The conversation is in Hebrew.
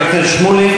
חבר הכנסת שמולי,